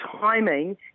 timing